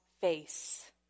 face